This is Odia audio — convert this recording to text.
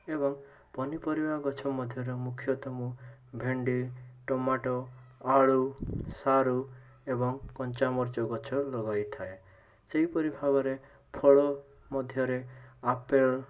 ଏବଂ ପନିପରିବା ଗଛ ମଧ୍ୟରେ ମୁଖ୍ୟତଃ ମୁଁ ଭେଣ୍ଡି ଟମାଟୋ ଆଳୁ ସାରୁ ଏବଂ କଞ୍ଚା ମରିଚ ଗଛ ଲଗାଇଥାଏ ସେହିପରି ଭାବରେ ଫଳ ମଧ୍ୟରେ ଆପେଲ୍